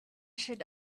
should